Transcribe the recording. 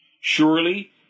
Surely